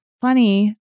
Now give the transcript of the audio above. funny